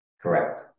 Correct